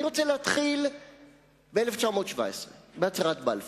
אני רוצה להתחיל ב-1917, בהצהרת בלפור.